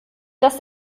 das